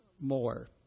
more